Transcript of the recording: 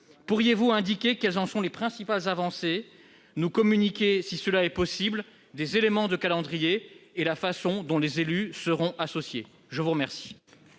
Pourriez-vous indiquer quelles en sont les principales avancées, nous communiquer, si cela est possible, des éléments de calendrier et la manière dont les élus y seront associés ? La parole